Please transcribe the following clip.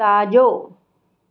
साॼो